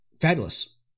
fabulous